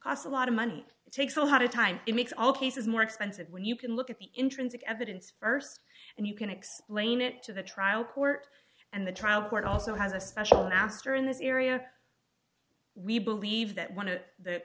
asa lot of money it takes a lot of time it makes all cases more expensive when you can look at the intrinsic evidence st and you can explain it to the trial court and the trial court also has a special master in this area we believe that one of the